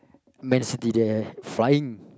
man-city there find